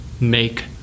make